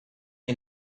you